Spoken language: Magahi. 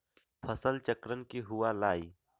फसल चक्रण की हुआ लाई?